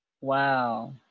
wow